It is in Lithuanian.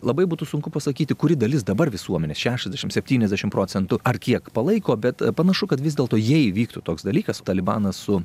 labai būtų sunku pasakyti kuri dalis dabar visuomenės šešiasdešimt septyniasdešimt procentų ar kiek palaiko bet panašu kad vis dėlto jei įvyktų toks dalykas talibanas su